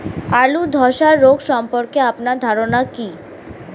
আলু ধ্বসা রোগ সম্পর্কে আপনার ধারনা কী?